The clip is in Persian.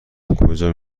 کجا